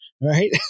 right